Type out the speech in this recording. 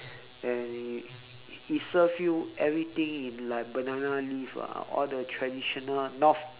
and it it serve you everything in like banana leaf ah all the traditional north